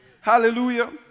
Hallelujah